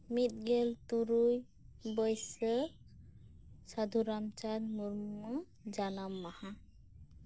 ᱢᱤᱫᱜᱮᱞ ᱛᱩᱨᱩᱭ ᱵᱟᱹᱭᱥᱟᱠᱷ ᱥᱟᱫᱷᱩᱨᱟᱢᱪᱟᱸᱫᱽ ᱢᱩᱨᱢᱩ ᱡᱟᱱᱟᱢ ᱢᱟᱦᱟ